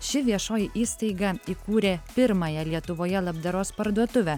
ši viešoji įstaiga įkūrė pirmąją lietuvoje labdaros parduotuvę